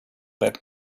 that